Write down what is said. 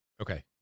Okay